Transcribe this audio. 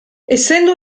essendo